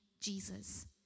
Jesus